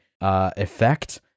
effect